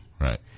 Right